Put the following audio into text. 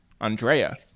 Andrea